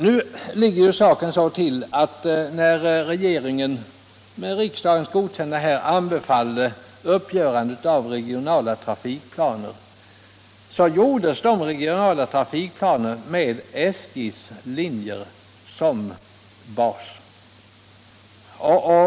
Nu ligger saken så till att när regeringen med riksdagens godkännande anbefallde uppgörandet av regionala trafikplaner, så gjordes de planerna med SJ:s linjer som bas.